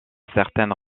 certaines